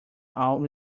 all